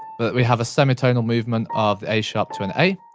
but we have a semitonal movement of a sharp to an a.